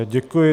Děkuji.